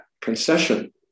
concession